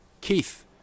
Keith